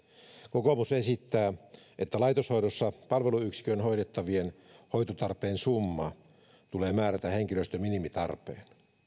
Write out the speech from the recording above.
kokoomus esittää että laitoshoidossa palveluyksikön hoidettavien hoitotarpeen summan tulee määrätä henkilöstön minimitarve tämä